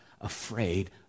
afraid